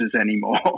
anymore